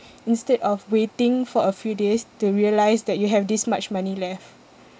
instead of waiting for a few days to realise that you have this much money left